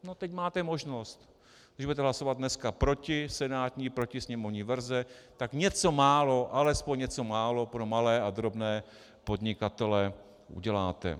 No teď máte možnost, když budete hlasovat dneska proti senátní, proti sněmovní verzi, tak něco málo, alespoň něco málo pro malé a drobné podnikatele uděláte.